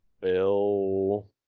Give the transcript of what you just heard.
Bill